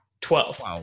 Twelve